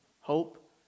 hope